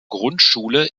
grundschule